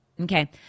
Okay